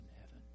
heaven